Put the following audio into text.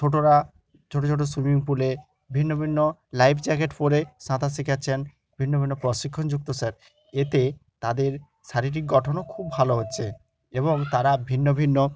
ছোটরা ছোট ছোট সুইমিং পুলে ভিন্ন ভিন্ন লাইফ জ্যাকেট পরে সাঁতার শেখাচ্ছেন ভিন্ন ভিন্ন প্রশিক্ষণযুক্ত স্যার এতে তাদের শারীরিক গঠনও খুব ভালো হচ্ছে এবং তারা ভিন্ন ভিন্ন